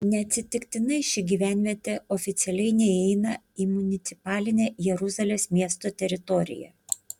neatsitiktinai ši gyvenvietė oficialiai neįeina į municipalinę jeruzalės miesto teritoriją